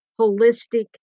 holistic